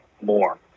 more